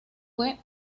fue